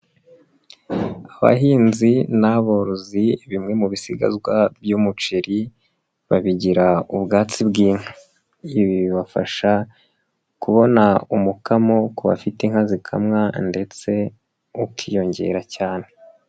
Abahinzi n'aborozi bimwe mu bisigazwa by'umuceri babigira ubwatsi bw'inka, ibi bibafasha kubona umukamo ku bafite inka zikamwa ndetse ukiyongera cyane.